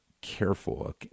careful